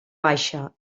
baixa